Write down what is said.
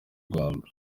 rwanda